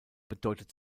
bedeutet